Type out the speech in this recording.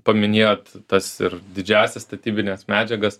paminėjot tas ir didžiąsias statybines medžiagas